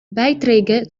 beiträge